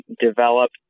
develop